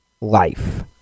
life